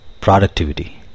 productivity